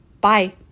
Bye